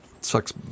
sucks